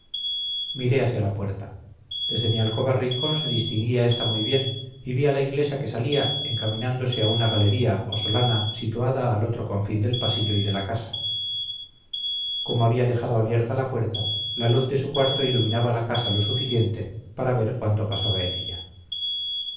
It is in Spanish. miré hacia la puerta pues desde mi alcoba rincón se distinguía esta muy bien y vi a la inglesa que salía encaminándose a una galería o solana situada al otro confín del pasillo y de la casa como había dejado abierta la puerta la luz de su cuarto iluminaba la casa lo suficiente para ver cuanto pasaba en ella